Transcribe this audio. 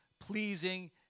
pleasing